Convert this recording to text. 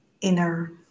inner